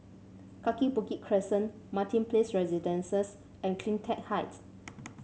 Kaki Bukit Crescent Martin Place Residences and CleanTech Height